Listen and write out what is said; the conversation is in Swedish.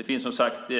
Det finns, som sagt,